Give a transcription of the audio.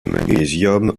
magnésium